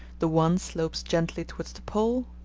the one slopes gently towards the pole,